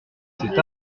cet